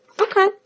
Okay